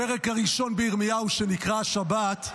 הפרק הראשון בירמיהו שנקרא השבת: